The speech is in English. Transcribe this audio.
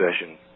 session